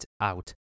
out